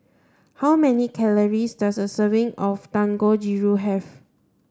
how many calories does a serving of Dangojiru have